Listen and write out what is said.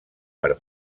per